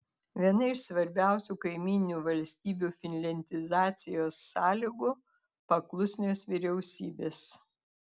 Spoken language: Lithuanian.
viena iš svarbiausių kaimyninių valstybių finliandizacijos sąlygų paklusnios vyriausybės